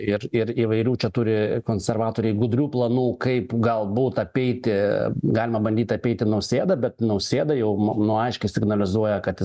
ir ir įvairių čia turi konservatoriai gudrių planų kaip galbūt apeiti galima bandyt apeiti nausėdą bet nausėda jau nu nu aiškiai signalizuoja kad